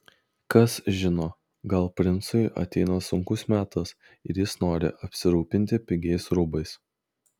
kas žino gal princui ateina sunkus metas ir jis nori apsirūpinti pigiais rūbais